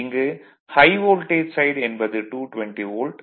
இங்கு high voltage side என்பது 220 volt